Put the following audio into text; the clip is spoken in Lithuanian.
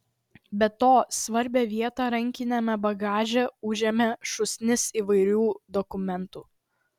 be to svarbią vietą rankiniame bagaže užėmė šūsnis įvairių dokumentų